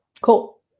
Cool